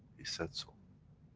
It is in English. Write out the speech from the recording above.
he said so!